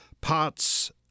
parts